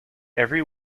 every